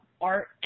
art